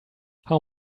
how